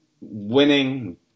winning